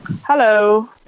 Hello